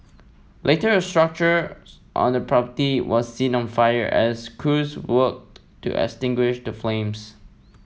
later a structure on the property was seen on fire as crews worked to extinguish the flames